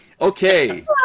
Okay